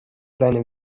seine